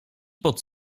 pod